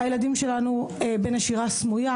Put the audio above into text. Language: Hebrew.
הילדים שלנו נמצאים בנשירה סמויה.